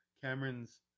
cameron's